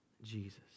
Jesus